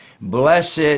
blessed